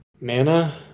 mana